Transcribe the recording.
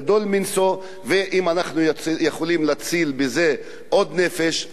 ואם אנחנו יכולים להציל בזה עוד נפש אז אנחנו מבורכים.